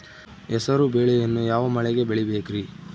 ಹೆಸರುಬೇಳೆಯನ್ನು ಯಾವ ಮಳೆಗೆ ಬೆಳಿಬೇಕ್ರಿ?